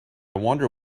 wonder